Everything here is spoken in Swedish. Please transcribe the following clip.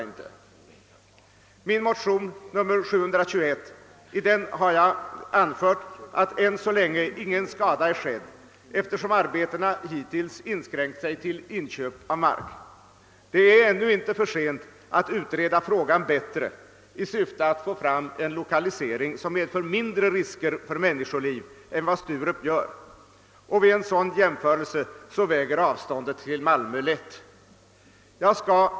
I min motion nr II: 721 har jag anfört att än så länge ingen skada är skedd eftersom arbetena hittills inskränkt sig till inköp av mark. Det är ännu inte för sent att utreda frågan bättre i syfte att få en lokalisering som medför mindre risker för människoliv än Sturup, och vid en sådan jämförelse väger avståndet till Malmö lätt. Herr talman!